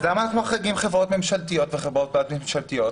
אז למה אנחנו מחריגים חברות ממשלתיות וחברות בת ממשלתיות?